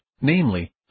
namely